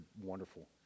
wonderful